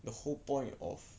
the whole point of